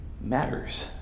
matters